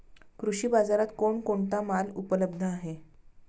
कृषी बाजारात कोण कोणता माल उपलब्ध आहे?